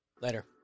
Later